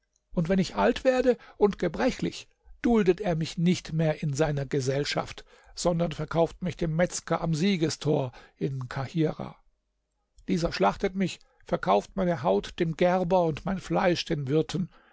und wenn ich alt werde und gebrechlich duldet er mich nicht mehr in seiner gesellschaft sondern verkauft mich dem metzger am siegestor in kahirah dieser schlachtet mich verkauft meine haut dem gerber und mein fleisch den wirten